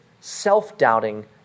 Self-doubting